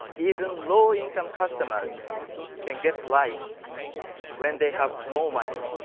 even low-income customers can get lights when they have small money.